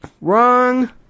Wrong